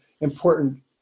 important